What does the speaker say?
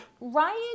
Ryan